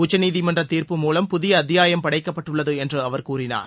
உச்சநீதிமன்ற தீர்ப்பு மூலம் புதிய அத்தியாயம் படைக்கப்பட்டுள்ளது என்று அவர் கூறினார்